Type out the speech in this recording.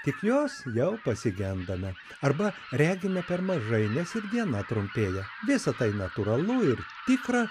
tik jos vėl pasigendame arba regime per mažai nes ir diena trumpėja visa tai natūrali ir tikra